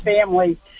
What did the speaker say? family